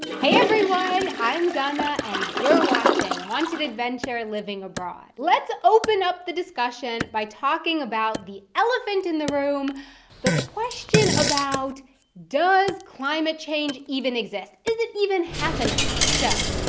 hey everyone! i'm dana and you're watching wanted adventure living abroad. let's open up the discussion by talking about the elephant in the room the question about does climate change even exist. is it even happening? so,